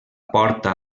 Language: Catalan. porta